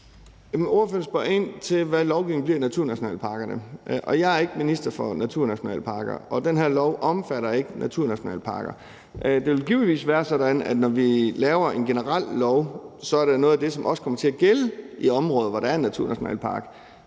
Ordføreren spørger ind til, hvad lovgivningen bliver i nationalparkerne, og jeg er ikke minister for naturnationalparker, og den her lov omfatter ikke naturnationalparker. Det vil givetvis være sådan, at det, når vi laver en generel lov, så også er noget af det, som kommer til at gælde i områder, hvor der er en naturnationalpark.